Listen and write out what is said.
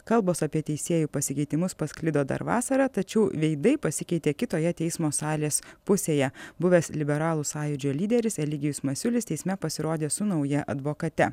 kalbos apie teisėjų pasikeitimus pasklido dar vasarą tačiau veidai pasikeitė kitoje teismo salės pusėje buvęs liberalų sąjūdžio lyderis eligijus masiulis teisme pasirodė su nauja advokate